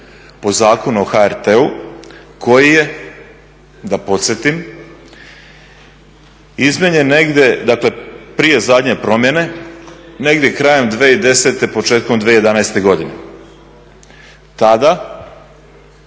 po Zakonu o HRT-u koji je da podsjetim izmijenjen negdje prije zadnje promjene negdje krajem 2010.početkom 2011.godine. Tada